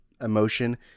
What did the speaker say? emotion